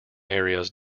areas